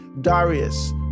Darius